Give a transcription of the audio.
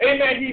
Amen